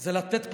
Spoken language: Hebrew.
זה לתת פרנסה.